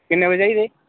किन्ने बजे चाहिदे